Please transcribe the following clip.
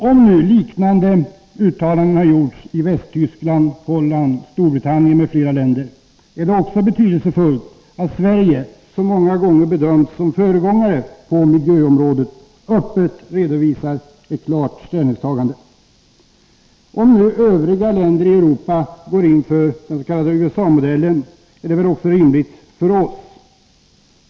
När nu liknande uttalanden har gjorts i Västtyskland, Holland, Storbritannien m.fl. länder, är det betydelsefullt att också Sverige, som många gånger bedömts som föregångare på miljöområdet, öppet redovisar ett klart ställningstagande. Om övriga länder i Europa går in för den s.k. USA modellen är det väl också rimligt att vi gör det.